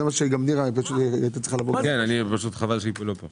זה מה שנירה שפק הייתה אומרת אילו הייתה כאן.